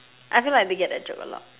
I feel like they get that joke a lot